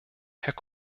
herr